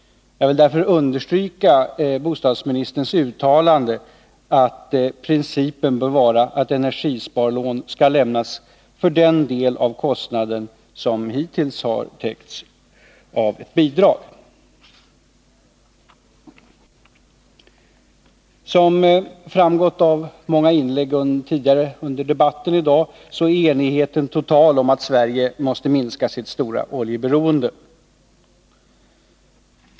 Jag vill därför understryka bostadsministerns uttalande att principen bör vara att energisparlån skall lämnas för den del av kostnaden som hittills har täckts av bidrag. Som framgått av många tidigare inlägg i debatten i dag är enigheten total om att Sverige måste minska sitt stora oljeberoende.